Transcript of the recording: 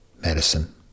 medicine